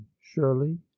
surely